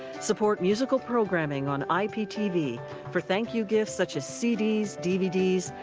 support musical programming on iptv for thank you gifts such as cdc, dvds,